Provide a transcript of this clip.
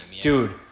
Dude